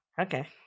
Okay